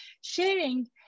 sharing